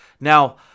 Now